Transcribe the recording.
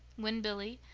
when billy,